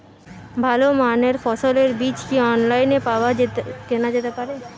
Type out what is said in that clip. ভালো মানের ফসলের বীজ কি অনলাইনে পাওয়া কেনা যেতে পারে?